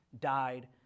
died